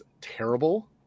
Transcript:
terrible